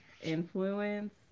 influence